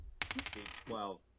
D12